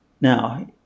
now